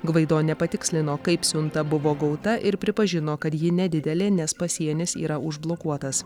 gvaido nepatikslino kaip siunta buvo gauta ir pripažino kad ji nedidelė nes pasienis yra užblokuotas